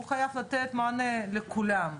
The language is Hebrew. שהוא חייב לתת מענה לכולם.